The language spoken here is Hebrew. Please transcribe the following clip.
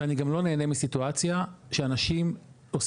ואני גם לא נהנה מסיטואציה שאנשים עושים